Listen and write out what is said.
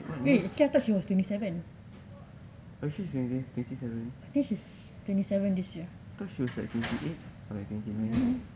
wait okay I thought she was twenty seven I think she is twenty seven this year